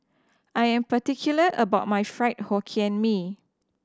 I am particular about my Fried Hokkien Mee